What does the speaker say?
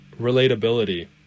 relatability